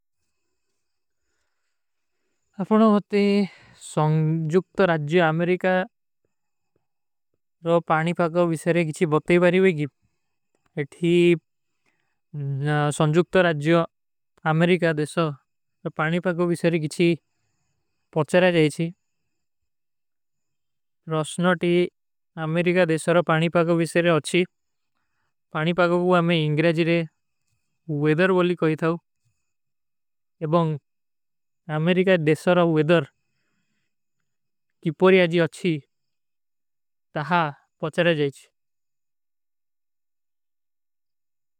ଆପନୋଂ ହୋତେ ସଂଜୁକ୍ତ ରାଜ୍ଯୋ ଅମେରିକା ରୋ ପାନୀ ପାଗଵ ଵିଶରେ କିଛୀ ବତତେ ହୀ ବାଡୀ ହୋଗୀ। ଏଠୀ ସଂଜୁକ୍ତ ରାଜ୍ଯୋ ଅମେରିକା ଦେଶର ରୋ ପାଣୀ ପାଗଵ ଵିଶରେ କିଛୀ ପଚ୍ଚରା ଜାଯେଚୀ। ସଂଜୁକ୍ତ ରାଜ୍ଯୋ ଅମେରିକା ଦେଶର ରୋ ପାଣୀ ପାଗଵ ଵିଶରେ କିଛୀ ପଚ୍ଚରା ଜାଯେଚୀ।